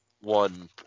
one